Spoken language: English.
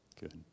Good